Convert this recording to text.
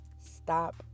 stop